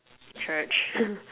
church